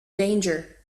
danger